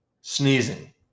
Sneezing